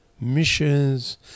missions